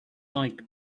like